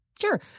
Sure